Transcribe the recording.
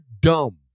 dumb